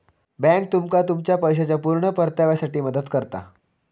bank तुमका तुमच्या पैशाच्या पुर्ण परताव्यासाठी मदत करता